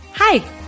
Hi